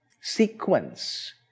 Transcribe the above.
sequence